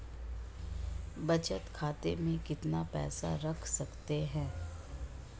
बचत खाते में कितना पैसा रख सकते हैं?